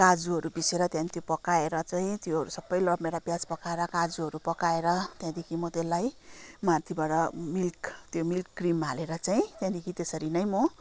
काजुहरू पिसेर त्यहाँदेखि त्यो पकाएर चाहिँ त्योहरू सबै रामभेँडा प्याज पकाएर काजुहरू पकाएर त्यहाँदेखि म त्योलाई माथिबाट मिल्क त्यो मिल्क क्रिम हालेर चाहिँ त्यहाँदेखि त्यसरी नै म